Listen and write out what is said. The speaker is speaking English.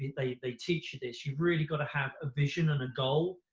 they teach you this, you've really gotta have a mission and a goal,